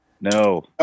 No